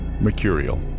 Mercurial